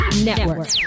Network